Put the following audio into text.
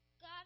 God